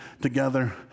together